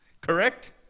correct